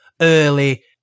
early